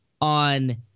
on